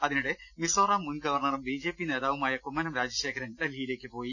അതിനിടെ മിസോറാം മുൻ ഗവർണറും ബിജെപി നേതാവുമായ കുമ്മനം രാജശേഖരൻ ഡൽഹിയിലേക്ക് പോയി